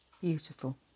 beautiful